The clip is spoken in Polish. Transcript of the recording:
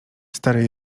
stary